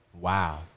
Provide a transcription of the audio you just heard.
Wow